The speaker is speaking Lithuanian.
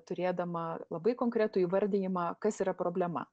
turėdama labai konkretų įvardijimą kas yra problema